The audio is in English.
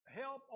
help